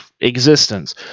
existence